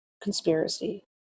conspiracy